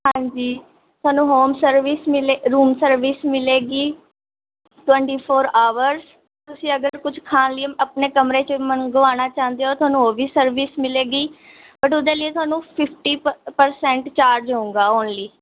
ਹਾਂਜੀ ਤੁਹਾਨੂੰ home service ਮਿਲੇ ਰੂਮ ਸਰਵਿਸ ਮਿਲੇਗੀ ਟਵੈਂਟੀ ਫੋਰ ਅਵਰਜ਼ ਤੁਸੀਂ ਅਗਰ ਕੁਛ ਖਾਣ ਲਈ ਆਪਣੇ ਕਮਰੇ 'ਚ ਮੰਗਵਾਉਣਾ ਚਾਹੁੰਦੇ ਹੋ ਤੁਹਾਨੂੰ ਉਹ ਵੀ ਸਰਵਿਸ ਮਿਲੇਗੀ ਬਟ ਉਹਦੇ ਲਈ ਤੁਹਾਨੂੰ ਫਿਫਟੀ ਪ ਪ੍ਰਸੈਂਟ ਚਾਰਜ ਹੋਵੇਗਾ ਓਨਲੀ